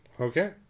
Okay